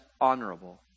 honorable